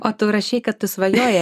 o tu rašei kad tu svajojai